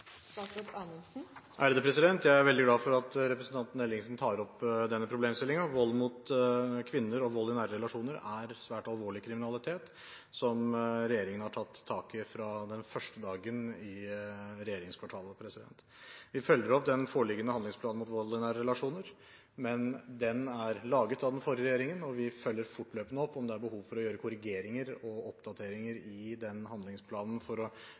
Jeg er veldig glad for at representanten Ellingsen tar opp denne problemstillingen. Vold mot kvinner og vold i nære relasjoner er svært alvorlig kriminalitet som regjeringen har tatt tak i fra den første dagen i regjeringskvartalet. Vi følger opp den foreliggende handlingsplanen mot vold i nære relasjoner, men den er laget av den forrige regjeringen. Vi følger fortløpende opp om det er behov for å gjøre korrigeringer og oppdateringer i den handlingsplanen for å